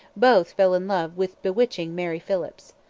both fell in love with bewitching mary phillips.